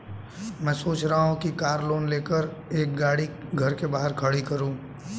मैं सोच रहा हूँ कि कार लोन लेकर एक गाड़ी घर के बाहर खड़ी करूँ